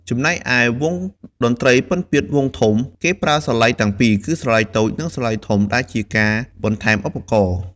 ចំណែកឯវង់តន្ត្រីពិណពាទ្យវង់ធំ គេប្រើស្រឡៃទាំងពីរ គឺស្រឡៃតូច និងស្រឡៃធំ ដែលជាការបន្ថែមឧបករណ៍។